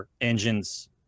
engines